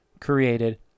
created